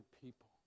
people